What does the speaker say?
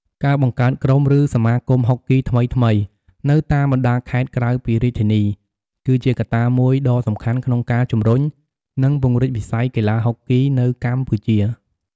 ការបង្កើតក្រុម ឬសមាគមហុកគីថ្មីៗនៅតាមបណ្ដាខេត្តក្រៅពីរាជធានី គឺជាកត្តាមួយដ៏សំខាន់ក្នុងការជំរុញ និងពង្រីកវិស័យកីឡាហុកគីនៅកម្ពុជា។